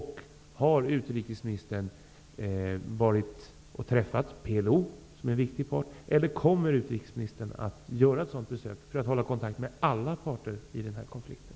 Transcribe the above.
Har utrikesministern träffat PLO, som är en viktig part, eller kommer utrikesministern att göra ett besök hos PLO för att hålla kontakt med alla parter i den här konflikten?